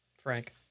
Frank